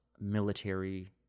military